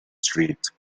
street